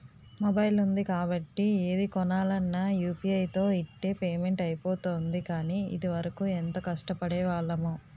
mobile ఉంది కాబట్టి ఏది కొనాలన్నా యూ.పి.ఐ తో ఇట్టే పేమెంట్ అయిపోతోంది కానీ, ఇదివరకు ఎంత కష్టపడేవాళ్లమో